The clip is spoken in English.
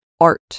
art